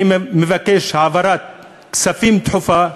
אני מבקש העברת כספים דחופה.